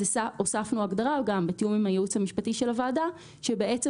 הוספנו הגדרה בתיאום עם הייעוץ המשפטי לוועדה - שבעצם